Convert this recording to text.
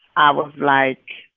i was like,